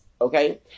okay